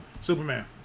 Superman